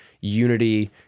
unity